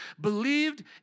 believed